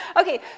Okay